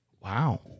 Wow